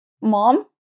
mom